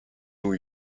new